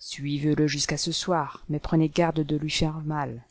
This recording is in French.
suivez-le jusqu'à ce soir mais prenez garde de lui l'aire mal